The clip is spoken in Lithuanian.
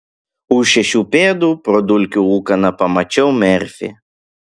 už šešių pėdų pro dulkių ūkaną pamačiau merfį